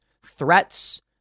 threats